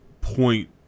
point